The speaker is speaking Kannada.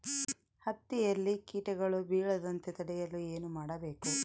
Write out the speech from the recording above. ಹತ್ತಿಯಲ್ಲಿ ಕೇಟಗಳು ಬೇಳದಂತೆ ತಡೆಯಲು ಏನು ಮಾಡಬೇಕು?